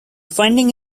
finding